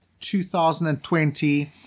2020